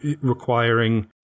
requiring